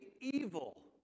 evil